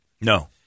No